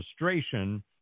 registration